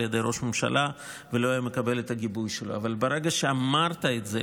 ידי ראש הממשלה ולא היה מקבל את הגיבוי שלו, אבל ברגע שאמרת את זה